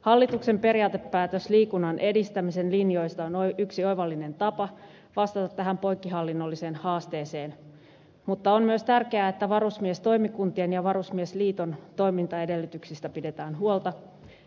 hallituksen periaatepäätös liikunnan edistämisen linjoista on yksi oivallinen tapa vastata tähän poikkihallinnolliseen haasteeseen mutta on myös tärkeää että varusmiestoimikuntien ja varusmiesliiton toimintaedellytyksistä pidetään huolta